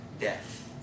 death